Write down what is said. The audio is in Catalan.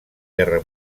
guerra